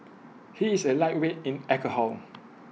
he is A lightweight in alcohol